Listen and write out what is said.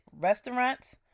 restaurants